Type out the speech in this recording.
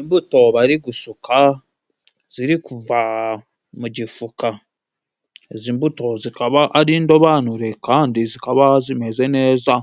Imbuto bari gusuka ziri kuva mu gifuka. Izi mbuto zikaba ari indobanure kandi zikaba zimeze neza.